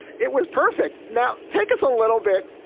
it was perfect. now take us a little bit.